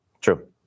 True